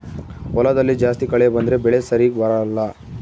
ಹೊಲದಲ್ಲಿ ಜಾಸ್ತಿ ಕಳೆ ಬಂದ್ರೆ ಬೆಳೆ ಸರಿಗ ಬರಲ್ಲ